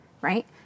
Right